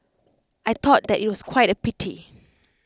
I thought that IT was quite A pity